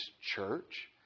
Church